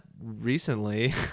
recently